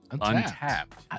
Untapped